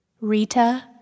Rita